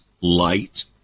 light